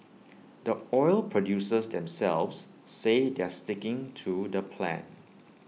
the oil producers themselves say they're sticking to the plan